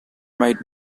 might